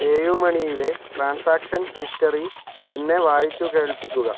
പേയുമണിയിലെ transaction history എന്നെ വായിച്ചു കേൾപ്പിക്കുക